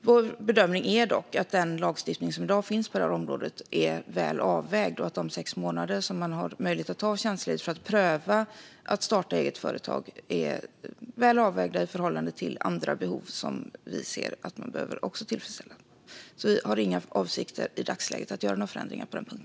Vår bedömning är att dagens lagstiftning på detta område fungerar bra och att möjligheten att ta tjänstledigt i sex månader för att pröva att starta eget företag är väl avvägd i förhållande till andra behov som också behöver tillfredsställas. Vi har i dagsläget inte för avsikt att göra några förändringar på denna punkt.